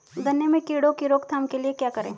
गन्ने में कीड़ों की रोक थाम के लिये क्या करें?